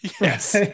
Yes